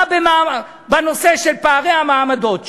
מה בנושא של פערי המעמדות?